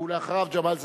ואחריו, ג'מאל זחאלקה.